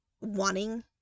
wanting